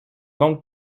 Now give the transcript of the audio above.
donc